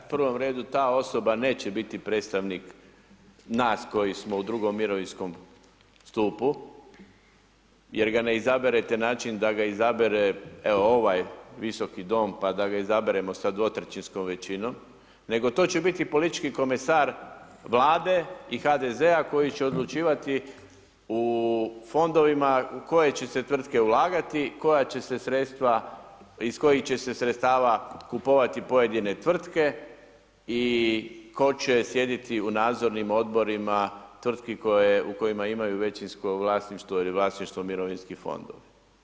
U prvom redu ta osoba neće biti predstavnik nas koji smo u drugom mirovinskom stupu jer ga ne izaberete na način da ga izabere evo ovaj Visoki dom, pa da ga izaberemo sa dvotrećinskom većinom, nego to će biti politički komesar Vlade i HDZ-a koji će odlučivati u Fondovima u koje će se tvrtke ulagati, iz kojih će se sredstava kupovati pojedine tvrtke i tko će sjediti u Nadzornim Odborima tvrtki … tvrtki u kojima imaju većinsko vlasništvo ili vlasništvo mirovinskih fondova.